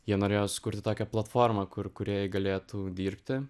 jie norėjo sukurti tokią platformą kur kūrėjai galėtų dirbti